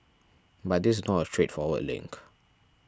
but this not a straightforward link